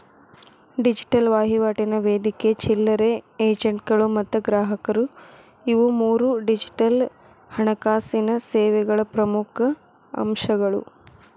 digital ವಹಿವಾಟಿನ ವೇದಿಕೆ ಚಿಲ್ಲರೆ ಏಜೆಂಟ್ಗಳು ಮತ್ತ ಗ್ರಾಹಕರು ಇವು ಮೂರೂ ಡಿಜಿಟಲ್ ಹಣಕಾಸಿನ್ ಸೇವೆಗಳ ಪ್ರಮುಖ್ ಅಂಶಗಳು